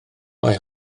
mae